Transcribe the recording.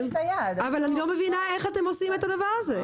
לא מבינה איך אתם עושים את הדבר הזה?